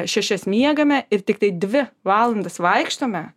šešias miegame ir tiktai dvi valandas vaikštome